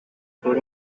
por